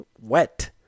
wet